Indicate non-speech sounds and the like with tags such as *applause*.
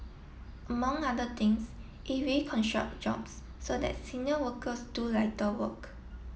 among other things it *unintelligible* jobs so that senior workers do lighter work